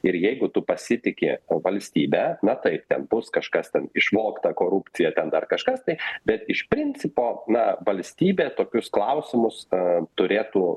ir jeigu tu pasitiki o valstybę na tai ten bus kažkas ten išmokta korupcija ten dar kažkas tai bet iš principo na valstybė tokius klausimus a turėtų